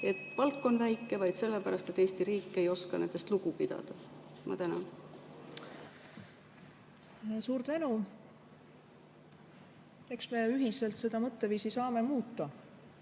et palk on väike, vaid sellepärast, et Eesti riik ei oska nendest lugu pidada. Suur tänu! Eks me ühiselt seda mõtteviisi saame muuta.